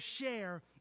share